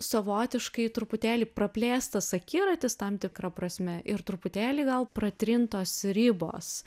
savotiškai truputėlį praplėstas akiratis tam tikra prasme ir truputėlį gal pratrintos ribos